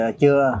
chưa